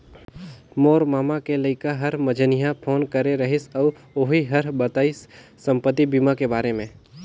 मोर ममा के लइका हर मंझिन्हा फोन करे रहिस अउ ओही हर बताइस संपति बीमा के बारे मे